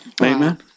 amen